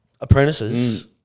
Apprentices